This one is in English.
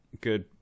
good